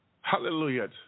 Hallelujah